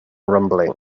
rumbling